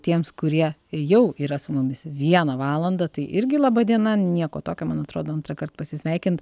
tiems kurie jau yra su mumis vieną valandą tai irgi laba diena nieko tokio man atrodo antrąkart pasisveikint